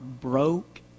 broke